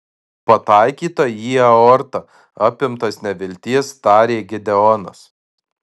pataikyta į aortą apimtas nevilties tarė gideonas